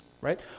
right